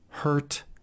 hurt